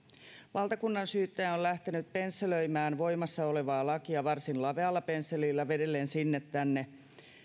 valtakunnansyyttäjä on lähtenyt pensselöimään voimassa olevaa lakia varsin lavealla pensselillä vedellen sinne tänne